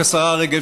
השרה רגב,